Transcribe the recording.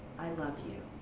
i love you.